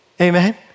amen